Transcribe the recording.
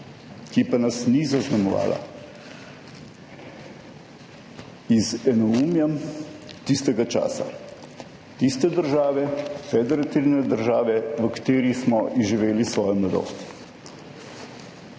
ki pa nas ni zaznamovala z enoumjem tistega časa, tiste države, federativne države, v kateri smo izživeli svojo mladost.